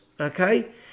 okay